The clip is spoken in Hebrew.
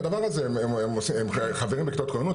הם חברים בכיתות כוננות,